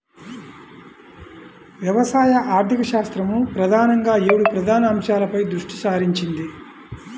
వ్యవసాయ ఆర్థికశాస్త్రం ప్రధానంగా ఏడు ప్రధాన అంశాలపై దృష్టి సారించింది